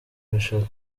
irashaka